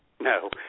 No